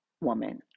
woman